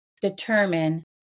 determine